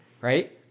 right